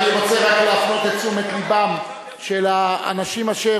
אני רוצה רק להפנות את תשומת לבם של האנשים אשר